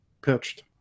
pitched